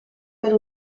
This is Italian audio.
per